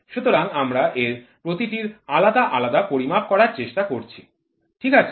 সুতরাং আমরা এর প্রতিটির আলাদা আলাদা পরিমাপ করার চেষ্টা করছি ঠিক আছে